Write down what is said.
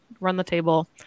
run-the-table